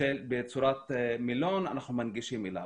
בצורת מילון אנחנו מנגישים אליו.